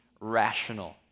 rational